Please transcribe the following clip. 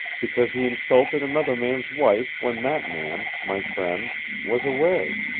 because he insulted another man's wife when that man my friend was away.